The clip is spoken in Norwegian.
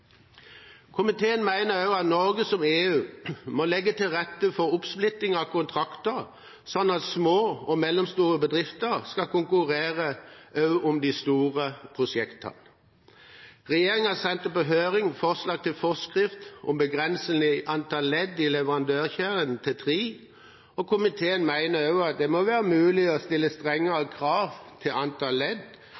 Komiteen mener også at Norge, som EU, må legge til rette for oppsplitting av kontrakter, slik at små og mellomstore bedrifter skal kunne konkurrere også om de store prosjektene. Regjeringen sendte på høring forslag til forskrift som begrenser antall ledd i leverandørkjeden til tre. Komiteen mener det også må være mulig å stille strengere